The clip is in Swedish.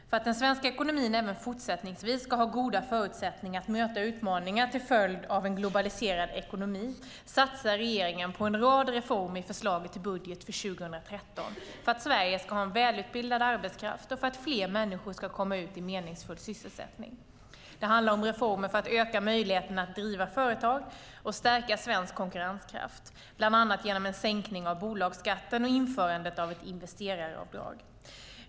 För att den svenska ekonomin även fortsättningsvis ska ha goda förutsättningar att möta utmaningar till följd av en globaliserad ekonomi, satsar regeringen på en rad reformer i förslaget till budget för 2013 för att Sverige ska ha välutbildad arbetskraft och för att fler människor ska komma ut i en meningsfull sysselsättning. Det handlar om reformer för att öka möjligheterna att driva företag och stärka svensk konkurrenskraft, bland annat genom en sänkning av bolagsskatten och införande av ett investeraravdrag.